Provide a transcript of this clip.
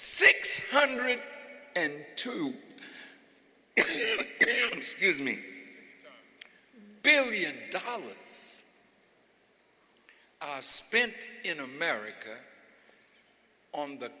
six hundred and two excuse me billion dollars are spent in america on the